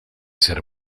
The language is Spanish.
ser